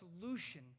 solution